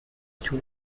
طول